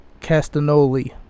Castanoli